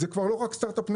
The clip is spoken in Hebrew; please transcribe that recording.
זה לא רק אומה של סטרטאפ.